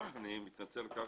אני מתנצל על כך